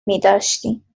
میداشتیم